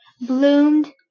bloomed